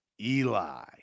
Eli